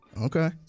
Okay